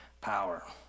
Power